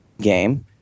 game